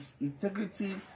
integrity